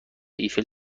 ایفل